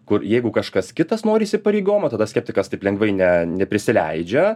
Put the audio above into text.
kur jeigu kažkas kitas nori įsipareigojimo tada skeptikas taip lengvai ne neprisileidžia